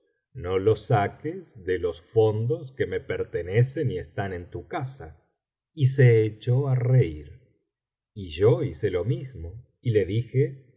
no lo saques de los fondos que me pertenecen y están en tu casa y se echó á reír y yo hice lo mismo y le dije así